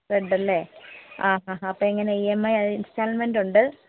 red അല്ലേ ആ ഹാ ഹാ അപ്പം എങ്ങനെ ഇ എം ഐ ഇൻസ്റ്റാൾമെൻറ് ഉണ്ട്